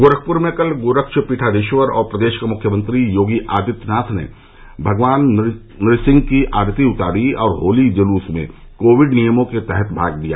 गोरखपुर में कल गोरक्षपीठाधीश्वर और प्रदेश के मुख्यमंत्री योगी आदित्यनाथ ने भगवान नृसिंह की आरती उतारी और होली जुलूस में कोविड नियमों के तहत भाग लिया